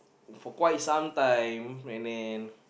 for quite some time my name